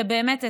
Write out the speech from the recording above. זה באמת אתגר,